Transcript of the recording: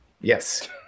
Yes